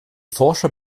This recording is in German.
forscher